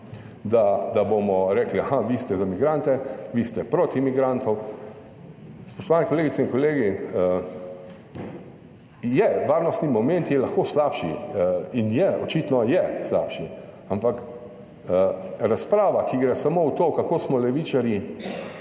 da bomo rekli, aha, vi ste za migrante, vi ste proti migrantom. Spoštovani kolegice in kolegi! Je, varnostni moment je lahko slabši in je, očitno je slabši, ampak razprava, ki gre samo v to, kako smo levičarji